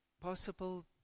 possible